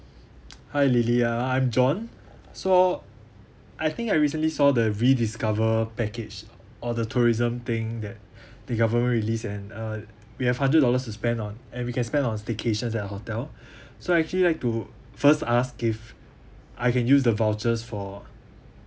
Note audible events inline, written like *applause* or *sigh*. hi lily uh I'm john saw I think I recently saw the rediscover package or the tourism thing that *breath* the government released and uh we have hundred dollar to spend on and we can spend on staycation at a hotel *breath* so I actually like to first ask if I can use the vouchers for